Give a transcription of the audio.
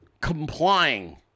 complying